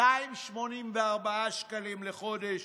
284 שקלים לחודש